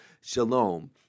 shalom